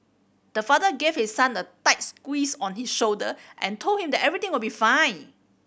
the father gave his son a tight squeeze on his shoulder and told him that everything will be fine